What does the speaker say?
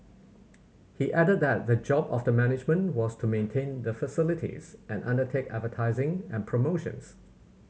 he added that the job of the management was to maintain the facilities and undertake advertising and promotions